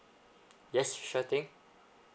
yes sure thing